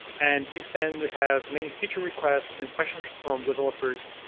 and since then we have many feature requests and questions from developers.